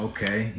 Okay